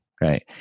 Right